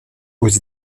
aux